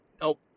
Nope